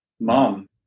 Mom